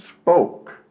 spoke